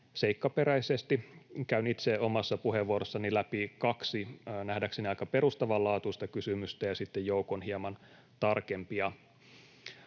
seikkaperäisesti. Käyn itse omassa puheenvuorossani läpi kaksi nähdäkseni aika perustavanlaatuista kysymystä ja sitten joukon hieman tarkempia.